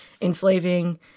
enslaving